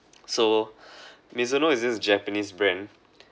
so Mizuno is this japanese brand